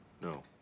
no